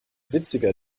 witziger